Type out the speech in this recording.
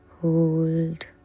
Hold